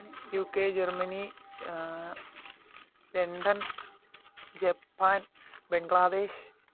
UK Germany London Japan Bangladesh